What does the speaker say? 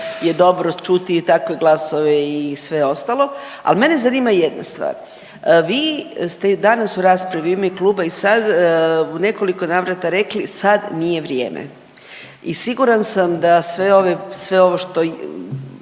je dobro čuti i takve glasove i sve ostalo. Ali mene zanima jedna stvar, vi ste danas u raspravi u ime kluba i sad u nekoliko navrata rekli sad nije vrijeme. I siguran sam da sve ovo šta